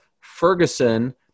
Ferguson